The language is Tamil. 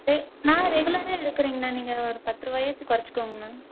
நான் ரெகுலராக எடுக்கிறேங்ண்ணா நீங்கள் பத்து ரூபாயாச்சும் குறைச்சிக்கோங்ண்ணா